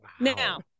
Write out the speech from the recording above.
Now